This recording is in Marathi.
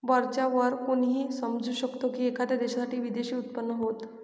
वरच्या वर कोणीही समजू शकतो की, एका देशासाठी विदेशी उत्पन्न होत